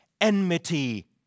enmity